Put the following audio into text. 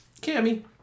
Cammy